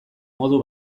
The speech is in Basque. modu